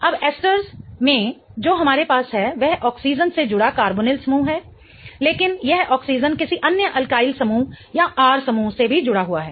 अब एस्टर में जो हमारे पास है वह ऑक्सीजन से जुड़ा कार्बोनिल समूह है लेकिन यह ऑक्सीजन किसी अन्य अल्किल समूह या R समूह से भी जुड़ा हुआ है